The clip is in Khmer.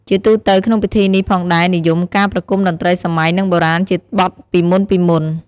ជាទូទៅក្នុងពិធីនេះផងដែរនិយមការប្រគុំតន្ត្រីសម័យនិងបុរាណជាបទពីមុនៗ។